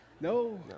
no